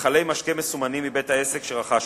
מכלי משקה מסומנים מבית- העסק שרכש אותם,